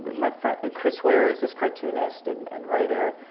my friend ah chris ware is this cartoonist and and writer,